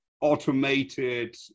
automated